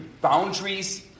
boundaries